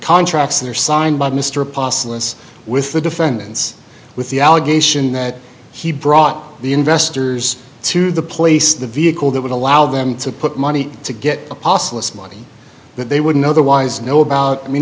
contracts are signed by mr apostle and with the defendants with the allegation that he brought the investors to the place the vehicle that would allow them to put money to get a possible it's money that they wouldn't otherwise know about i mean